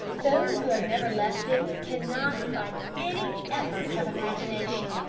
those who have never left it cannot, by any effort of imagination,